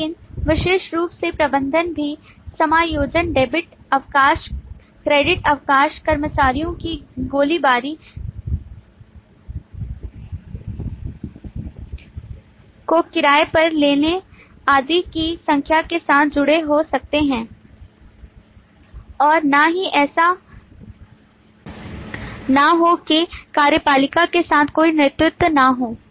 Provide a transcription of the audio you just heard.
लेकिन विशेष रूप से प्रबंधक भी समायोजन डेबिट अवकाश क्रेडिट अवकाश कर्मचारियों की गोलीबारी को किराए पर लेने आदि की संख्या के साथ जुड़े हो सकते हैं और न ही ऐसा न हो कि कार्यपालिका के साथ कोई नेतृत्व न हो